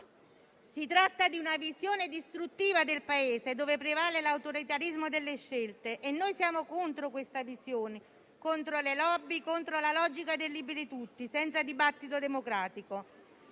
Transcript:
Si tratta di una visione distruttiva del Paese, dove prevale l'autoritarismo delle scelte e noi siamo contro questa visione, contro le *lobby*, contro la logica del "liberi tutti", senza dibattito democratico.